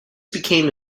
became